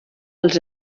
els